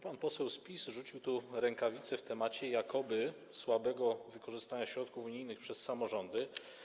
Pan poseł z PiS-u rzucił tu rękawicę w temacie jakoby słabego wykorzystania środków unijnych przez samorządy.